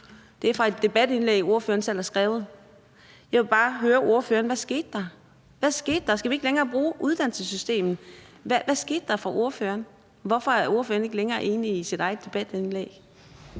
De er fra et debatindlæg, ordføreren selv har skrevet. Jeg vil bare høre ordføreren: Hvad skete der? Hvad skete der? Skal vi ikke længere bruge uddannelsessystemet? Hvad skete der for ordføreren? Hvorfor er ordføreren ikke længere enig i sit eget debatindlæg?